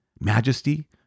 majesty